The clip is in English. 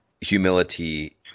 humility